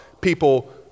people